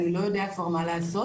אני לא יודע כבר מה לעשות,